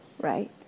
right